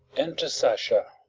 enter sasha.